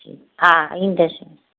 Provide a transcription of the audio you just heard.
हा ईंदसि